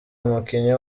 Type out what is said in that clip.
umukinnyi